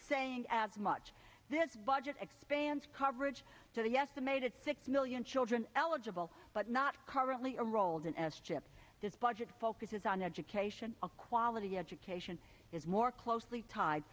saying as much this budget expands coverage to the estimated six million children eligible but not currently enrolled in s chip this budget focuses on education a quality education is more closely tied